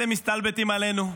אתם מסתלבטים עלינו?